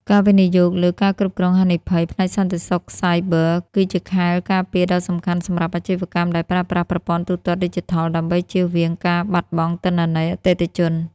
ការវិនិយោគលើ ការគ្រប់គ្រងហានិភ័យ ផ្នែកសន្តិសុខសាយប័រ គឺជាខែលការពារដ៏សំខាន់សម្រាប់អាជីវកម្មដែលប្រើប្រាស់ប្រព័ន្ធទូទាត់ឌីជីថល ដើម្បីជៀសវាងការបាត់បង់ទិន្នន័យអតិថិជន។